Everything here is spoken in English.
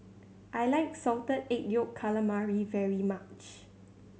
I like Salted Egg Yolk Calamari very much